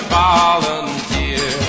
volunteer